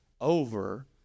over